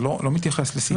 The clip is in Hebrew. זה לא מתייחס לחקיקה אחרת.